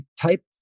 type